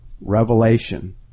Revelation